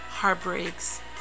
heartbreaks